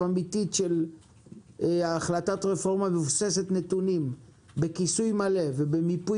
אמיתית של החלטת רפורמה מבוססת נתונים בכיסוי מלא ובמיפוי